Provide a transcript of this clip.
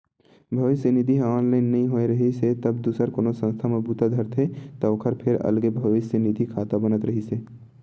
भविस्य निधि ह ऑनलाइन नइ होए रिहिस हे तब दूसर कोनो संस्था म बूता धरथे त ओखर फेर अलगे भविस्य निधि खाता बनत रिहिस हे